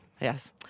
Yes